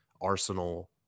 arsenal